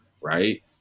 Right